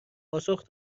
پاسخ